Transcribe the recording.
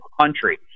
country